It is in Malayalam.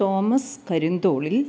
തോമസ് കരിന്തോളിൽ